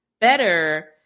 better